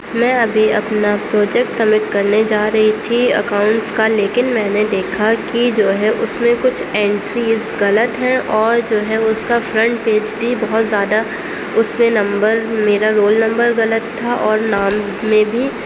میں ابھی اپنا پروجیکٹ سبمٹ کرنے جا رہی تھی اکاؤنٹس کا لیکن میں نے دیکھا کہ جو ہے اس میں کچھ اینٹریز غلط ہیں اور جو ہے اس کا فرنٹ پیج بھی بہت زیادہ اس میں نمبر میرا رول نمبر غلط تھا اور نام میں بھی